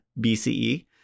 BCE